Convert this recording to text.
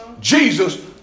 Jesus